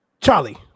Charlie